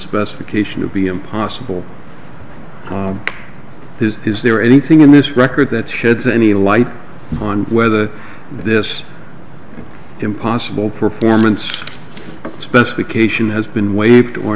specification would be impossible his is there anything in this record that sheds any light on whether this impossible performance especially cation has been waived or